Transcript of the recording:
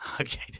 Okay